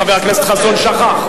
כמובן, חבר הכנסת חסון, שכח.